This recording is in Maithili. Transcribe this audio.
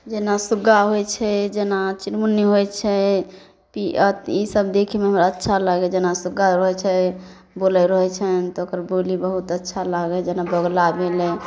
जेना सुग्गा होइ छै जेना चिरमुन्नी होइ छै तऽ इसभ देखैमे हमरा अच्छा लागै जेना सुग्गा होइ छै बोलै रहै छैनि तऽ ओकर बोली बहुत अच्छा लागै जेना बोगुला भेलै